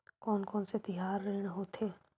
कोन कौन से तिहार ऋण होथे?